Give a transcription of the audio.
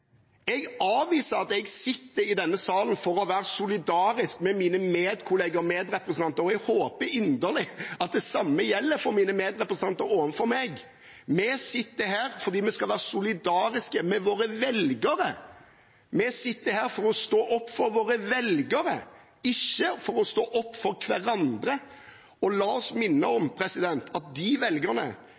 jeg avviser at jeg sitter i denne salen for å være solidarisk med mine kollegaer og medrepresentanter, og jeg håper inderlig at det samme gjelder for mine medrepresentanter overfor meg. Vi sitter her fordi vi skal være solidariske med våre velgere. Vi sitter her for å stå opp for våre velgere, ikke for å stå opp for hverandre. La oss minne om at de velgerne